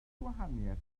gwahaniaeth